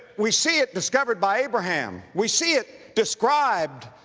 we see it discovered by abraham, we see it described,